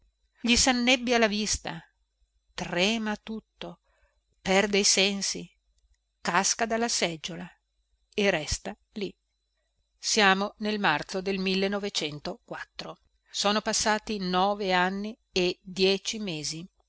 girano gli sannebbia la vista trema tutto perde i sensi casca dalla seggiola e resta lì siamo nel marzo del ono passati nove anni e dieci mesi